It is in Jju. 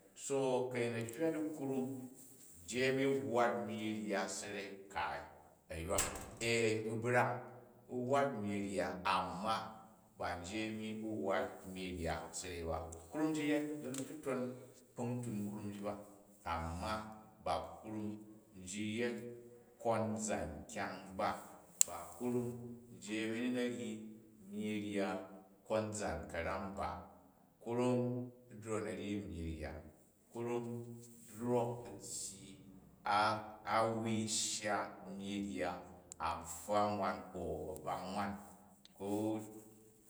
So ku ayin a hywa di krum nji ani wwat myyi rya sarei kaai a̱ yyap ee u brang u̱ wwat myyi rya, amma ba nji a̱mi wwat myyi rya sarei ba. Krum ji yet, zi ni tutong kpuntin krum ji ba amma ba krum nfi yet konzan kyam ba, ba krum nji a̱mi ni na̱ ryi nyyi rya konzan ka̱ram ba. Krum u̱ drok u na̱ ryi myyi rya, krum drok u̱ tyyi a-a wui shya myyi nga a pfwa nwan ko a̱ybamg nwom